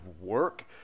work